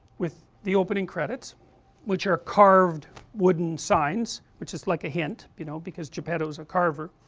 with the opening credits which are carved wooden signs, which is like a hint you know because geppetto is a carver,